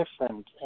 different